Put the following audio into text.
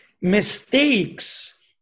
mistakes